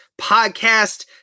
podcast